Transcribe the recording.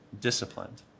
disciplined